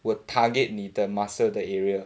will target 你的 muscle 的 area